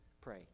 Pray